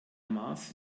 mars